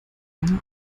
eine